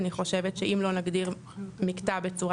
אני חושבת שאם לא נגדיר מקטע בצורה